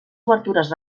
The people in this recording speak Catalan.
obertures